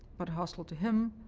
but hostile to him,